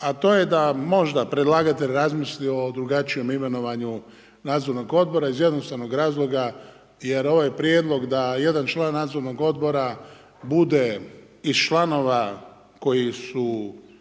a to je možda predlagatelj razmisli o drugačije imenovanju nadzornog odbora iz jednostavnog razloga jer ovaj prijedlog da jedan član nadzornog odbora bude iz članova koji imaju